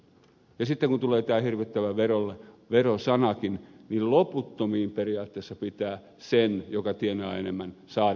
ja sitten kun tulee tämä hirvittävä vero sanakin niin loputtomiin periaatteessa pitää sen joka tienaa enemmän saada verohelpotuksia